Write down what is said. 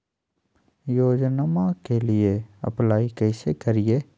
योजनामा के लिए अप्लाई कैसे करिए?